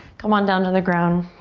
come on down to the ground.